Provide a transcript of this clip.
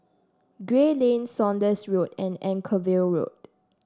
Gray Lane Saunders Road and Anchorvale Road